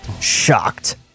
shocked